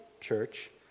church